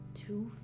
two